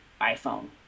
iPhone